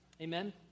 Amen